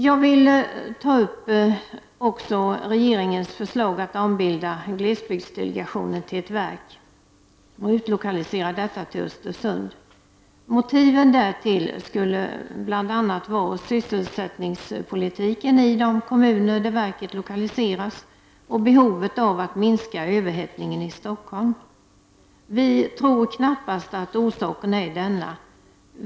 Jag vill också ta upp regeringens förslag att ombilda glesbygdsdelegationen till ett verk och utlokalisera detta till Östersund. Motiven därtill skulle bl.a. vara sysselsättningspolitiken i de kommuner dit verket lokaliseras och behovet av att minska överhettningen i Stockholm. Vi tror knappast att orsaken är denna.